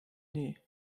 nii